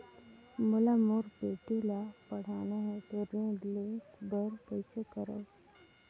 मोला मोर बेटी ला पढ़ाना है तो ऋण ले बर कइसे करो